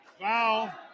Foul